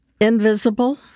Invisible